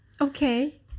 okay